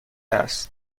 است